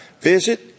visit